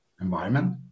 environment